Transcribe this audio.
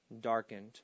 darkened